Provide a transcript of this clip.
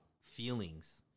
feelings